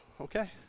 okay